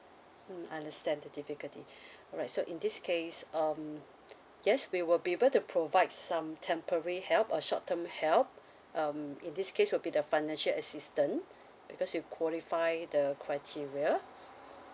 mm understand the difficulty right so in this case um yes we will be able to provide some temporary help a short term help um in this case will be the financial assistance because you qualify the criteria